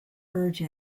urge